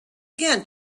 again